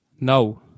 No